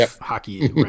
hockey